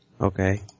Okay